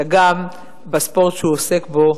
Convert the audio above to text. אלא גם בספורט שהוא עוסק בו.